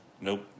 Nope